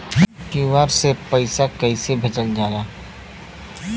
QR से पैसा कैसे भेजल जाला?